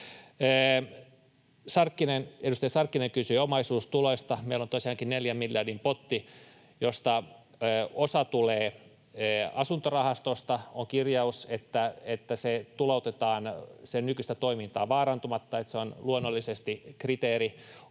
Edustaja Sarkkinen kysyi omaisuustuloista: Meillä on tosiaankin neljän miljardin potti, josta osa tulee asuntorahastosta — on kirjaus, että se tuloutetaan sen nykyistä toimintaa vaarantamatta, se on luonnollisesti kriteeri